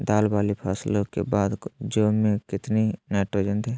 दाल वाली फसलों के बाद में जौ में कितनी नाइट्रोजन दें?